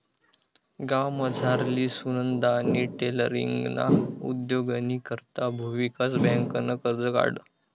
गावमझारली सुनंदानी टेलरींगना उद्योगनी करता भुविकास बँकनं कर्ज काढं